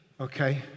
Okay